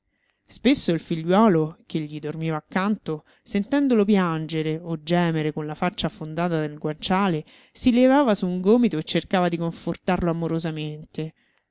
spesso il figliuolo che gli dormiva accanto sentendolo piangere o gemere con la faccia affondata nel guanciale si levava su un gomito e cercava di confortarlo amorosamente